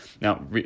Now